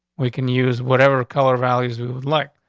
we can use whatever color values we would like.